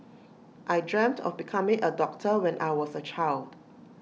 I dreamt of becoming A doctor when I was A child